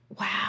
Wow